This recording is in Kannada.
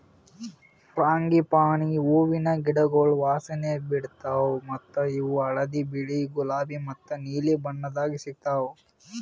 ಫ್ರಾಂಗಿಪಾನಿ ಹೂವಿನ ಗಿಡಗೊಳ್ ವಾಸನೆ ಬಿಡ್ತಾವ್ ಮತ್ತ ಇವು ಹಳದಿ, ಬಿಳಿ, ಗುಲಾಬಿ ಮತ್ತ ನೀಲಿ ಬಣ್ಣದಾಗ್ ಸಿಗತಾವ್